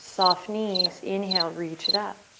soft knees, inhale, reach it up.